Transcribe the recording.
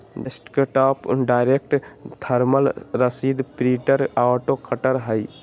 desktop direct thermal रसीद printer auto cutter हइ